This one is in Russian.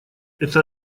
это